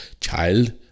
child